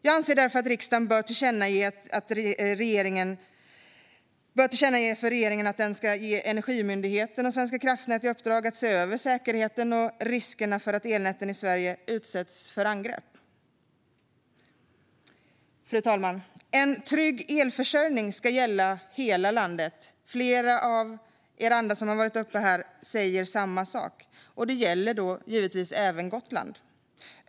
Jag anser därför att riksdagen bör tillkännage för regeringen att den ska ge Energimyndigheten och Svenska kraftnät i uppdrag att se över säkerheten och riskerna för att elnäten i Sverige utsätts för angrepp. Fru talman! En trygg elförsörjning ska gälla hela landet. Flera som har varit uppe här säger samma sak. Det gäller givetvis även Gotland.